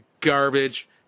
garbage